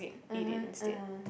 (uh huh) (uh huh)